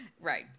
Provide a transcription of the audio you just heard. Right